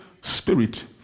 spirit